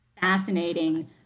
fascinating